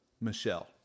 Michelle